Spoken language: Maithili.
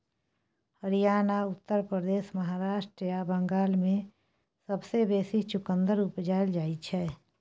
हरियाणा, उत्तर प्रदेश, महाराष्ट्र आ बंगाल मे सबसँ बेसी चुकंदर उपजाएल जाइ छै